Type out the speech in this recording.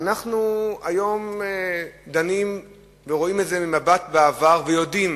ואנחנו היום דנים ורואים את זה במבט לעבר ויודעים: